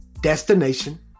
destination